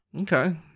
Okay